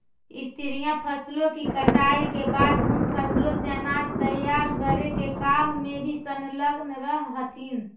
स्त्रियां फसलों की कटाई के बाद उन फसलों से अनाज तैयार करे के काम में भी संलग्न रह हथीन